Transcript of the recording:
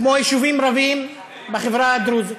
כמו יישובים רבים בחברה הדרוזית.